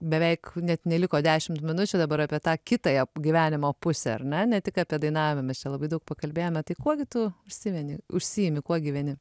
beveik net neliko dešimt minučių dabar apie tą kitąją gyvenimo pusę ar ne ne tik apie dainavimą mes čia labai daug pakalbėjome tai kuo gi tu užsimeni užsiimi kuo gyveni